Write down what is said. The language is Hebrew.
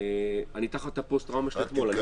אני תחת הפוסט טראומה של אתמול.